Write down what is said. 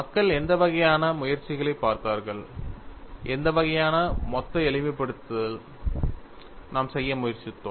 மக்கள் எந்த வகையான முயற்சிகளைப் பார்த்தார்கள் எந்த வகையான மொத்த எளிமைப்படுத்தல் நாம் செய்ய முயற்சித்தோம்